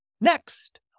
Next